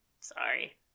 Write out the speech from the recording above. Sorry